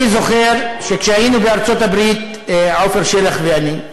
אני זוכר שכשהיינו בארצות-הברית, עפר שלח ואני,